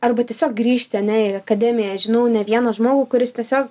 arba tiesiog grįžti ane į akademiją žinau ne vieną žmogų kuris tiesiog